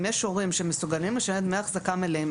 אם יש הורים שמסוגלים לשלם דמי אחזקה מלאים,